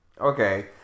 okay